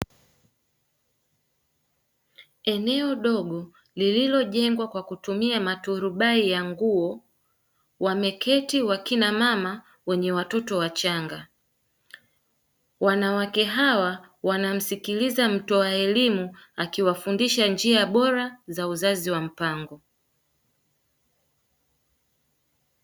Eneo dogo lililojengwa kwa kutumia maturubai ya nguo, wameketi wake kina mama wenye watoto wachanga; wanawake hawa wanamsikiliza mtoa elimu akiwafundisha njia bora za uzazi wa mpango.